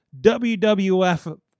WWF